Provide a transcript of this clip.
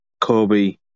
Kobe